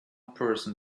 person